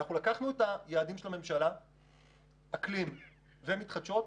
לקחנו את היעדים של הממשלה מבחינת האקלים ואנרגיות מתחדשות,